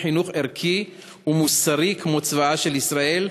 חינוך ערכי ומוסרי כמו צבאה של ישראל,